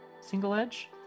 single-edge